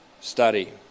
study